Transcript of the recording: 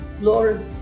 Lord